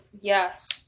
yes